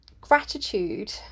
Gratitude